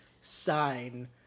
sign